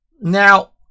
Now